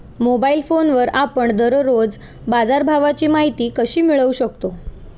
Mobile फोनवर आपण दररोज बाजारभावाची माहिती कशी मिळवू शकतो?